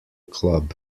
club